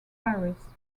paris